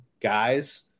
guys